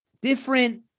different